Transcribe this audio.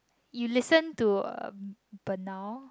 you listen to a benile